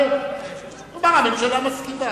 עלה, תאמר: הממשלה מסכימה.